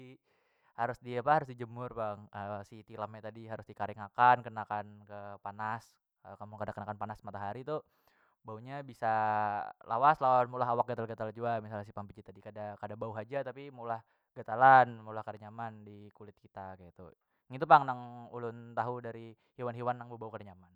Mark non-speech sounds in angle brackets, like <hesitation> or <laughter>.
Di harus diapa harus dijemur pang <hesitation> si tilam nya tadi harus dikaring akan kenakan ke panas <hesitation> amun kada kenakan panas matahari tu baunya bisa lawas lawan meulah awak gatal- gatal jua misal si pampijit tadi kada- kada bau haja tapi meolah gatalan meolah kada nyaman dikulit kita kaitu ngitu pang nang ulun tahu dari hiwan- hiwan nang bebau kada nyaman.